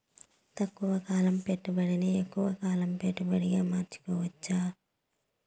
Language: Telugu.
తక్కువ కాలం పెట్టుబడిని ఎక్కువగా కాలం పెట్టుబడిగా మార్చుకోవచ్చా?